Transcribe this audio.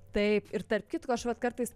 taip ir tarp kitko aš vat kartais